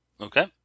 Okay